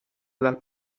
dal